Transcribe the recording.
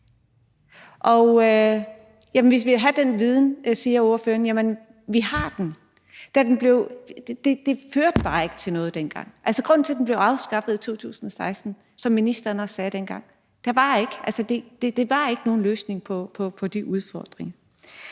vi vil have den viden, siger ordføreren – jamen vi har den. Det førte bare ikke til noget dengang. Altså, grunden til, at den blev afskaffet i 2016, som ministeren også sagde dengang, var, at det ikke var nogen løsning på de udfordringer.